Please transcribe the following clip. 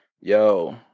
Yo